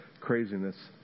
craziness